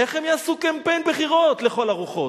איך הם יעשו קמפיין בחירות, לכל הרוחות?